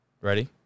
Ready